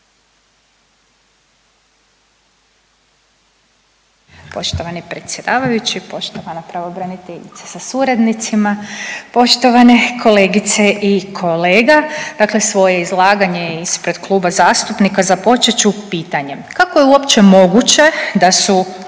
Poštovani predsjedavajući, poštovana pravobraniteljice sa suradnicima, poštovane kolegice i kolega. Dakle, svoje izlaganje ispred Kluba zastupnika započet ću pitanjem kako je uopće moguće da su